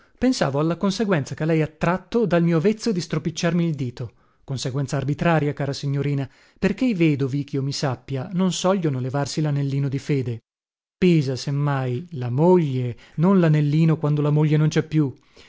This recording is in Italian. pensavo alla conseguenza che lei ha tratto dal mio vezzo di stropicciarmi il dito conseguenza arbitraria cara signorina perché i vedovi chio mi sappia non sogliono levarsi lanellino di fede pesa se mai la moglie non lanellino quando la moglie non cè più